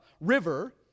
River